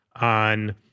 on